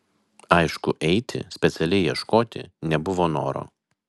aišku eiti specialiai ieškoti nebuvo noro